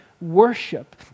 worship